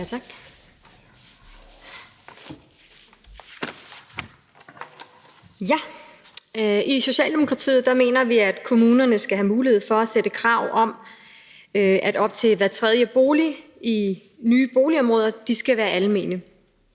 Tak. I Socialdemokratiet mener vi, at kommunerne skal have mulighed for at stille krav om, at op til hver tredje bolig i nye boligområder skal være almene.